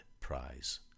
Prize